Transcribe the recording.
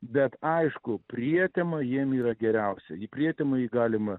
bet aišku prietema jiem yra geriausia į prietemą jį galima